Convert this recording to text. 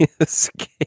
escape